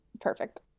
perfect